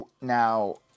now